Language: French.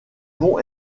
bon